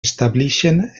establixen